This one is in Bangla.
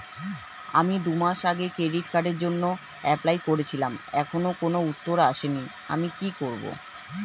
আমি দুমাস আগে ক্রেডিট কার্ডের জন্যে এপ্লাই করেছিলাম এখনো কোনো উত্তর আসেনি আমি কি করব?